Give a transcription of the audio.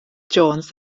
jones